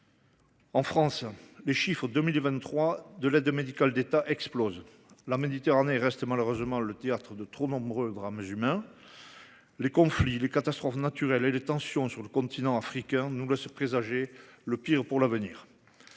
En France, les chiffres de l’aide médicale de l’État (AME) explosent pour cette année 2023. La Méditerranée reste malheureusement le théâtre de trop nombreux drames humains. Les conflits, les catastrophes naturelles et les tensions sur le continent africain nous laissent présager le pire. L’Europe